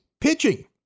Pitching